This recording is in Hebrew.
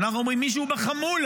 אנחנו אומרים שמישהו בחמולה,